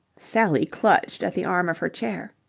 sally clutched at the arm of her chair.